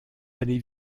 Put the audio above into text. aller